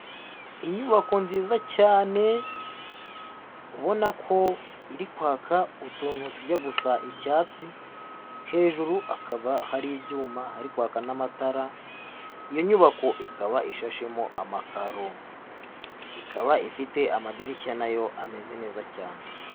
Inyubako nziza cyane ubona ko iri kwaka utuntu tujya gusa icyatsi, hejuru hakaba hari ibyuma hari kwaka n'amatara, iyo nyubako ikaba ishashemo amakaro, ikaba ifite amadirishya nayo ameze neza cyane.